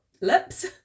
lips